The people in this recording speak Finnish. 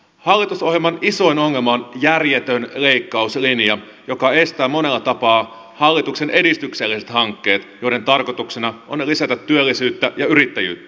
hallitusohjelman isoin ongelma on järjetön leikkauslinja joka estää monella tapaa hallituksen edistykselliset hankkeet joiden tarkoituksena on lisätä työllisyyttä ja yrittäjyyttä